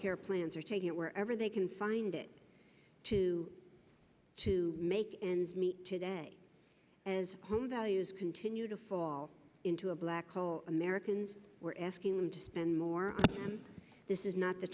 care plans are taking it wherever they can find it to to make ends meet today and continue to fall into a black hole americans we're asking them to spend more this is not the